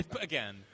again